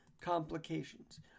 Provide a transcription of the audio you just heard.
Complications